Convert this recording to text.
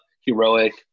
heroic